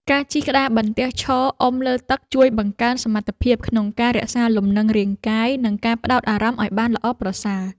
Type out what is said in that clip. ការជិះក្តារបន្ទះឈរអុំលើទឹក ជួយបង្កើនសមត្ថភាពក្នុងការរក្សាលំនឹងរាងកាយ និងការផ្ដោតអារម្មណ៍ឱ្យបានល្អប្រសើរ។